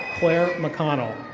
claire mcconnell.